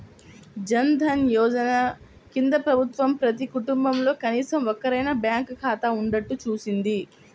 జన్ ధన్ యోజన కింద ప్రభుత్వం ప్రతి కుటుంబంలో కనీసం ఒక్కరికైనా బ్యాంకు ఖాతా ఉండేట్టు చూసింది